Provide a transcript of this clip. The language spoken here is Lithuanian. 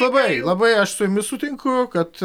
labai labai aš su jumis sutinku kad